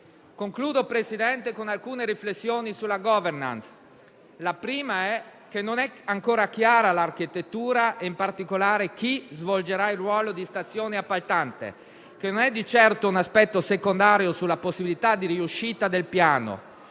Concludo, signor Presidente, con alcune riflessioni sulla *governance*. La prima è che non è ancora chiara l'architettura e in particolare chi svolgerà il ruolo di stazione appaltante, che non è di certo un aspetto secondario sulla possibilità di riuscita del Piano.